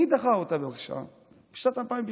מי דחה אותה, בבקשה, בשנת 2002?